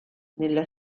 nella